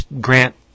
Grant